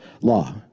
law